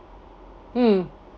mm